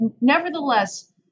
Nevertheless